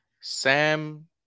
Sam